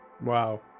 Wow